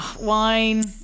wine